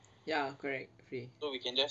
ya correct free